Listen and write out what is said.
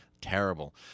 terrible